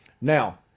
Now